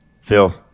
Phil